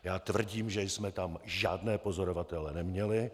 Já tvrdím, že jsme tam žádné pozorovatele neměli.